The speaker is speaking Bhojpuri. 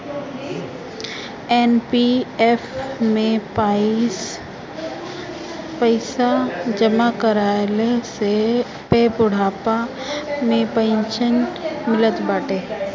एन.पी.एफ में पईसा जमा कईला पे बुढ़ापा में पेंशन मिलत बाटे